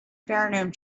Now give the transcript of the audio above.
pheromone